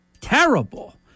Terrible